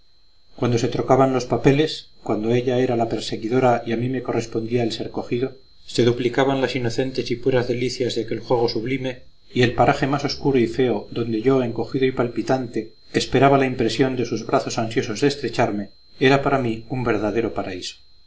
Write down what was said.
cuando se trocaban los papeles cuando ella era la perseguidora y a mí me correspondía el ser cogido se duplicaban las inocentes y puras delicias de aquel juego sublime y el paraje más obscuro y feo donde yo encogido y palpitante esperaba la impresión de sus brazos ansiosos de estrecharme era para mí un verdadero paraíso